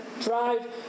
Drive